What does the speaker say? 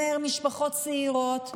שגומר משפחות צעירות,